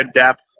depth